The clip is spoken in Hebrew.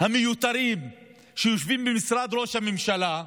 המיותרים שיושבים במשרד ראש הממשלה,